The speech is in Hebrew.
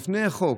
עוד לפני החוק.